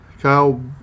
Kyle